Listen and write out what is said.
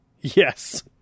Yes